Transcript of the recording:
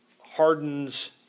hardens